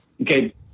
Okay